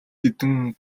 хэдэн